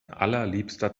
allerliebster